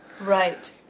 Right